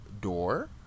door